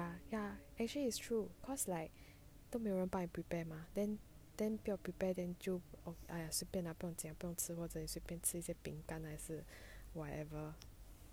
ya ya actually it's true cause like 都没有人帮你 prepare mah then then 不要 prepare then 就哎呀随便啊不用经不用吃这里随便吃一些饼干还是 whatever